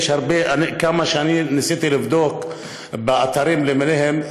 כמה שאני ניסיתי לבדוק באתרים למיניהם,